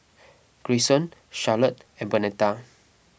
Grayson Charlotte and Bernetta